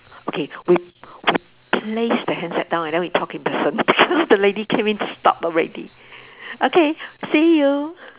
okay we we place the headset down and then we talk in person because the lady came in to stop already okay see you